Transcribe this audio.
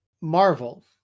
Marvel